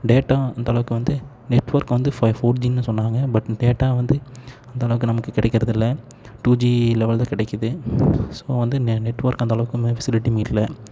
data அந்தளவுக்கு வந்து network வந்து ஃபை ஃபோர்ஜினு சொன்னாங்க பட் டேட்டா வந்து அந்தளவுக்கு நமக்கு கிடைக்கறதுல்ல டூஜி லெவல் தான் கிடைக்கிது ஸோ வந்து நெ நெட் ஒர்க் அந்தளவுக்கு ஒன்றுமே ஃபெஸிலிட்டியுமே இல்லை